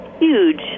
huge